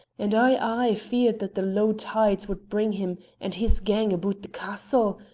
and i aye feared that the low tides would bring him and his gang aboot the castle.